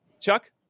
Chuck